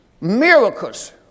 miracles